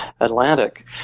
Atlantic